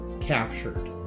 captured